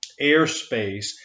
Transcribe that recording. airspace